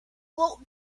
what